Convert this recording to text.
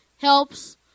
helps